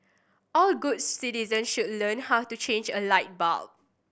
all good citizen should learn how to change a light bulb